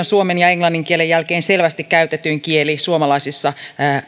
suomen ja englannin kielen jälkeen selvästi käytetyin kieli